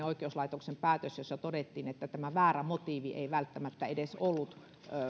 oikeuslaitoksen päätös jossa todettiin että tämä väärä motiivi ei välttämättä edes ollut